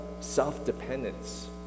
self-dependence